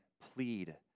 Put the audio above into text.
plead